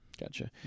Gotcha